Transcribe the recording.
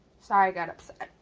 sorry i got upset.